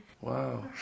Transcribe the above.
Wow